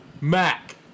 Mac